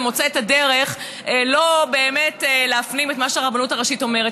ומוצא את הדרך לא באמת להפנים את מה שהרבנות הראשית אומרת.